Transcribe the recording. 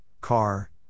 car